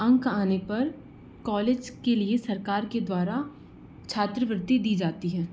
अंक आने पर कॉलेज के लिए सरकार के द्वारा छात्रवृत्ति दी जाती है